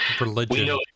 Religion